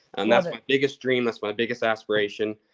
and that's my biggest dream, that's my biggest aspiration.